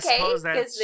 okay